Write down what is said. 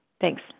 Thanks